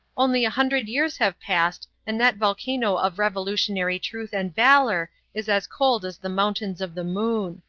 only a hundred years have passed and that volcano of revolutionary truth and valour is as cold as the mountains of the moon.